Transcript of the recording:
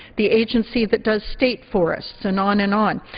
the agency that does state forests and on and on.